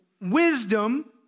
wisdom